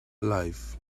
life